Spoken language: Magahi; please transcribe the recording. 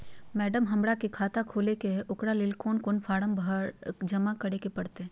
मैडम, हमरा के खाता खोले के है उकरा ले कौन कौन फारम जमा करे परते?